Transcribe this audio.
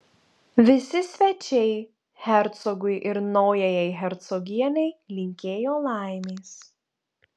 visi svečiai hercogui ir naujajai hercogienei linkėjo laimės